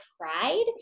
pride